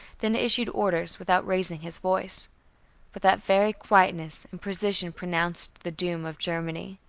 then issued orders without raising his voice but that very quietness and precision pronounced the doom of germany.